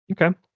Okay